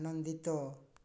ଆନନ୍ଦିତ